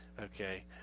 okay